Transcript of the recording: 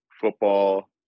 football